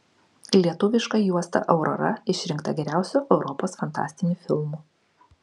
lietuviška juosta aurora išrinkta geriausiu europos fantastiniu filmu